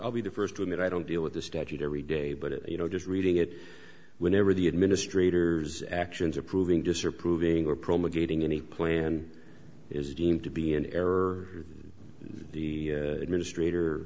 i'll be the first to admit i don't deal with the statute every day but you know just reading it whenever the administrators actions are proving disapproving or promulgating any plan is deemed to be in error the administrator